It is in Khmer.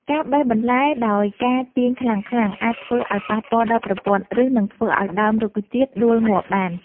ការបេះបន្លែដោយការទាញខ្លាំងៗអាចធ្វើឱ្យប៉ះពាល់ដល់ប្រព័ន្ធឫស និងធ្វើឱ្យដើមរុក្ខជាតិដួលងាប់បាន។